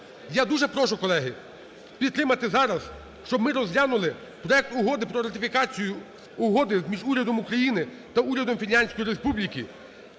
Я дуже прошу, колеги, підтримати зараз, щоб ми розглянули проект угоди про ратифікацію Угоди між Урядом України та Урядом Фінляндської Республіки